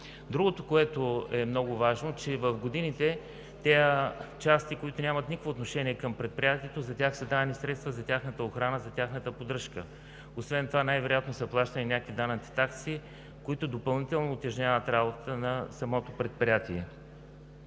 Другото, което е много важно, е, че в годините тези части, които нямат никакво отношение към предприятието, за тях са давани средства за охраната и поддръжката. Освен това най-вероятно са плащани някакви данъци, такси, които допълнително утежняват работата на самото предприятие.